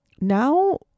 now